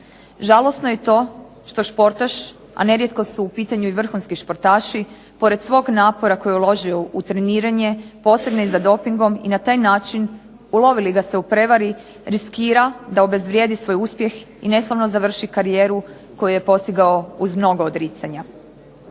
Žalosno je i to što športaš, a nerijetko su u pitanju i vrhunski športaši pored svog napora koji je uložio u treniranje posegne i za dopingom i na taj način ulovi li ga se u prevari riskira da obezvrijedi svoj uspjeh i neslavno završi karijeru koju je postigao uz mnogo odricanja.